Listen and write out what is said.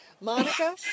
Monica